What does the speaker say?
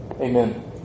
amen